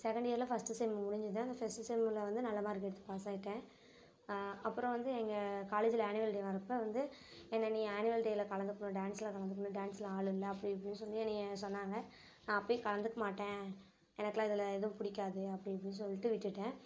second இயர்ல first sem முடிஞ்சது அந்த ஃபஸ்ட்டு செம்மில் வந்து நல்ல மார்க் எடுத்து பாஸ் ஆகிட்டேன் அப்புறம் வந்து எங்கள் காலேஜில் ஆனுவல் டே வரப்போ வந்து என்ன நீ ஆனுவல் டேல கலந்துக்கணும் டான்ஸ்ல கலந்துக்கணும் டான்ஸ்ல ஆள் இல்லை அப்படி இப்படின்னு சொல்லி என்னையை சொன்னாங்கள் நான் அப்பயே கலந்துக்க மாட்டேன் எனக்கெலாம் இதில் எதுவும் பிடிக்காது அப்படி இப்படி சொல்லிட்டு விட்டுட்டேன்